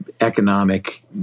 economic